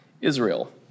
Israel